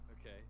Okay